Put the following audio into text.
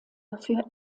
dafür